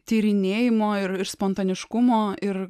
tyrinėjimo ir spontaniškumo ir